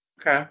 Okay